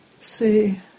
see